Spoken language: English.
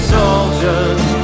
soldiers